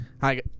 Hi